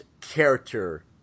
character